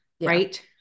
right